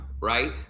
right